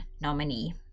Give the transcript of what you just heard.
nominee